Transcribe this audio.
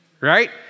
right